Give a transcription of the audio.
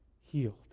healed